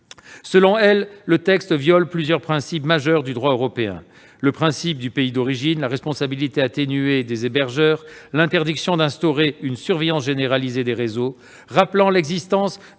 Selon elle, le texte viole plusieurs principes majeurs du droit européen : le principe du pays d'origine ; la responsabilité atténuée des hébergeurs ; l'interdiction d'instaurer une surveillance généralisée des réseaux. Rappelant l'existence